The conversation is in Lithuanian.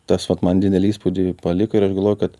tas vat man didelį įspūdį paliko ir aš galvoju kad